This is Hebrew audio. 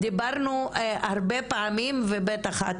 ובטח את